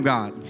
God